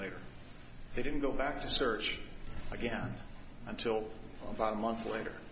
later they didn't go back to search again until about a month later